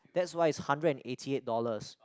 that's why it's hundred and eighty eight dollars